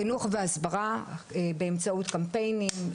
חינוך והסברה באמצעות קמפיינים,